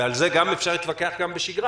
ועל זה גם אפשר להתווכח גם בשגרה,